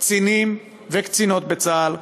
קצינים וקצינות בצה"ל,